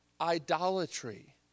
idolatry